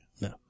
No